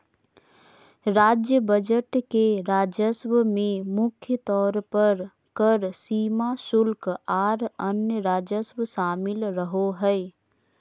राज्य बजट के राजस्व में मुख्य तौर पर कर, सीमा शुल्क, आर अन्य राजस्व शामिल रहो हय